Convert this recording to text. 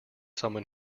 someone